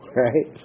right